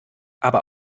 aber